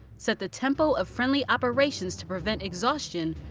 set the tempo of friendly operations to prevent exhaustion,